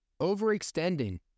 overextending